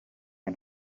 and